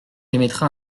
émettra